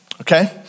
okay